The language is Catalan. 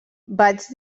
vaig